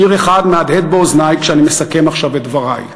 שיר אחד מהדהד באוזני כשאני מסכם עכשיו את דברי,